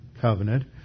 Covenant